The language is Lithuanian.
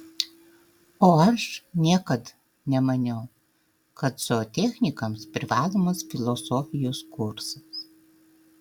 o aš niekad nemaniau kad zootechnikams privalomas filosofijos kursas